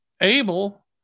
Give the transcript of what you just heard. Abel